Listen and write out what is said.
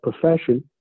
profession